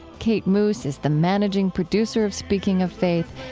kate moos is the managing producer of speaking of faith.